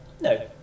No